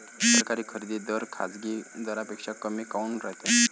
सरकारी खरेदी दर खाजगी दरापेक्षा कमी काऊन रायते?